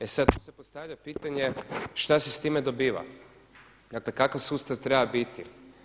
E sada, tu se postavlja pitanje što se s time dobiva, dakle kakav sustav treba biti?